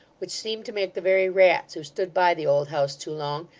which seemed to make the very rats who stood by the old house too long,